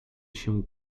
się